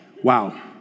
Wow